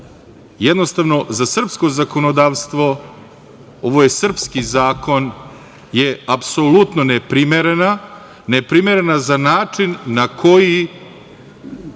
jednostavno, za srpsko zakonodavstvo, ovo je srpski zakon, je apsolutno neprimerena, neprimerena za način na koji